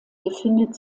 befindet